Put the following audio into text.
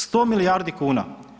100 milijardi kuna.